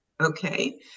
Okay